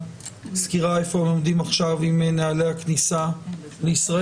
סקירה איפה הם עומדים עכשיו עם נהלי הכניסה לישראל.